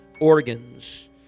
organs